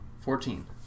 Fourteen